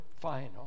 final